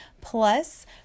Plus